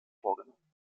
vorgenommen